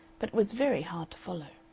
but it was very hard to follow.